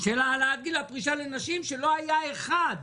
של העלאת גיל הפרישה לנשים, שלא היה אחד,